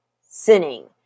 sinning